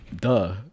duh